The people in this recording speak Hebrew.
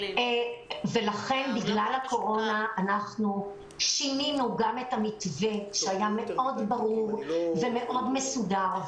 בגלל הקורונה שינינו את המתווה שהיה מאוד ברור ומאוד מסודר,